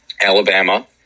Alabama